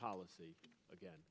policy again